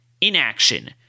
Inaction